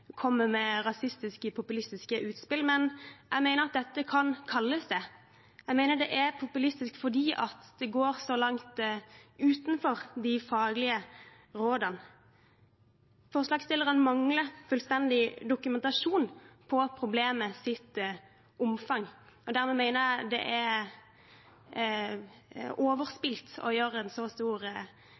kommer med rasistiske og populistiske utspill. Men jeg mener at dette kan kalles det. Jeg mener det er populistisk fordi det går så langt utenfor de faglige rådene. Forslagsstillerne mangler fullstendig dokumentasjon på problemets omfang. Dermed mener jeg det er overspilt å gjøre en så stor